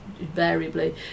invariably